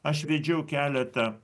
aš vedžiau keletą